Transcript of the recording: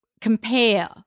compare